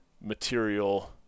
material